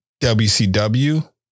WCW